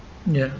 ya